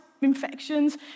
infections